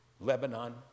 Lebanon